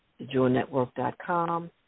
thejewelnetwork.com